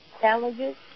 challenges